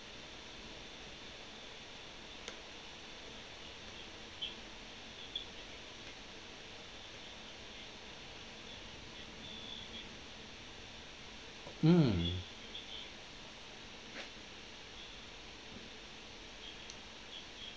mm